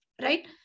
right